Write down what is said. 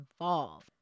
involved